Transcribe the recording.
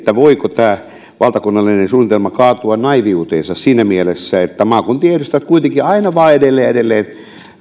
voiko tämä valtakunnallinen suunnitelma kaatua naiiviuteensa siinä mielessä että maakuntien edustajat kuitenkin aina vain edelleen ja edelleen